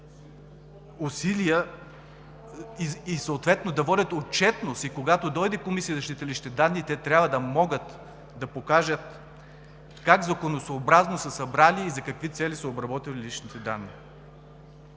усилия и съответно да водят отчетност, и когато дойде Комисията за защита на личните данни, те трябва да могат да покажат как законосъобразно са събрали и за какви цели са обработили личните данни.